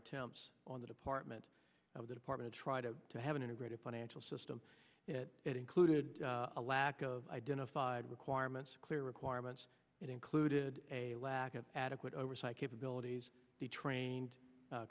attempts on the department of the department tried to have an integrated financial system it included a lack of identified requirements clear requirements that included a lack of adequate oversight capabilities the trained